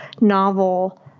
novel